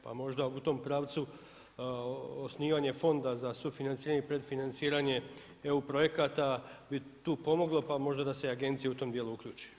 Pa možda u tom pravcu osnivanje fonda za sufinanciranje i predfinanciranje EU projekata bi tu pomoglo pa možda da se agencija u tom dijelu uključi.